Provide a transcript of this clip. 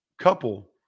couple